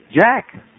Jack